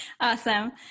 Awesome